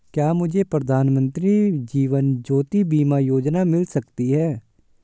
क्या मुझे प्रधानमंत्री जीवन ज्योति बीमा योजना मिल सकती है?